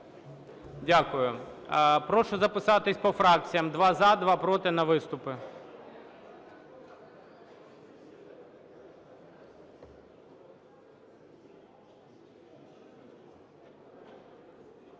Дякую. Прошу записатися по фракціям: два – за, два – проти на виступи.